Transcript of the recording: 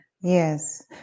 Yes